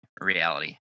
reality